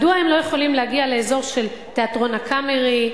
מדוע הם לא יכולים להגיע לאזור של תיאטרון "הקאמרי",